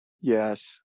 Yes